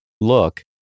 Look